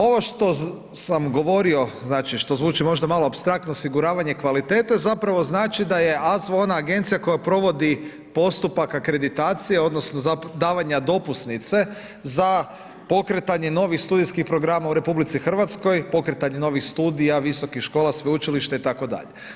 Ovo što sam govorio, znači što zvuči možda malo apstraktno, osiguravanja kvalitete, zapravo znači da je AZVO ona agencija koja provodi postupak akreditacije, odnosno davanje dopusnice za pokretanje novih studijskih programa u RH, pokretanje novih studija, visokih škola, sveučilišta, itd.